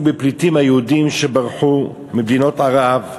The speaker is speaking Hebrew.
בפליטים היהודים שברחו ממדינות ערב.